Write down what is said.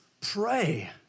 pray